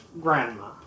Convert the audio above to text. Grandma